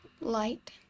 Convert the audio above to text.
light